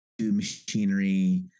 machinery